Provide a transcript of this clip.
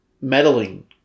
meddling